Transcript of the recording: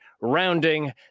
Rounding